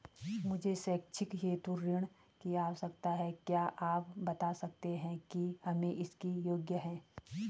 मुझे शैक्षिक हेतु ऋण की आवश्यकता है क्या आप बताना सकते हैं कि हम इसके योग्य हैं?